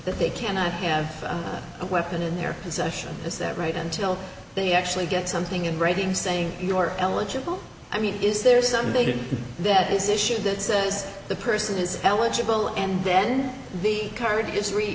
that they cannot have a weapon in their possession is that right until they actually get something in writing saying your eligible i mean is there some data that is issued that says the person is eligible and then the card gets re